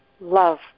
love